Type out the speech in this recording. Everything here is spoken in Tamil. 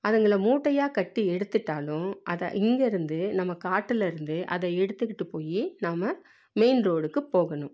அதுங்களை மூட்டையாக கட்டி எடுத்துட்டாலும் அதை இங்கே இருந்து நம்ம காட்டில் இருந்து அதை எடுத்துக்கிட்டு போய் நாம் மெயின் ரோடுக்கு போகணும்